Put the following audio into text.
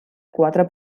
quatre